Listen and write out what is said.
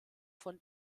von